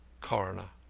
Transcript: coroner